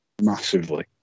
massively